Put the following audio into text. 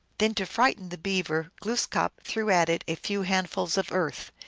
then, to frighten the beaver, glooskap threw at it a few handf uls of earth,